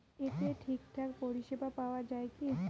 এতে ঠিকঠাক পরিষেবা পাওয়া য়ায় কি?